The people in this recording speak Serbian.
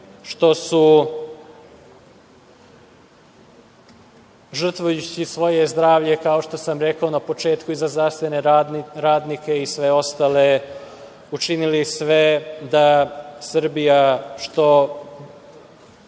što su žrtvujući svoje zdravlje, kao što sam rekao na početku i za zdravstvene radnike i sve ostale učinili sve da Srbija što